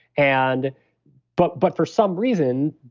and but but for some reason,